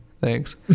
Thanks